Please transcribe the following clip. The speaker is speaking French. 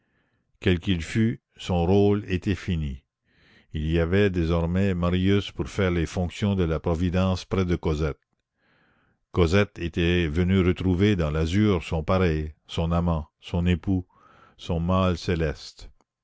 quel qu'il fût son rôle était fini il y avait désormais marius pour faire les fonctions de la providence près de cosette cosette était venue retrouver dans l'azur son pareil son amant son époux son mâle céleste